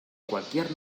cualquier